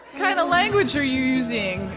kind of language are you using?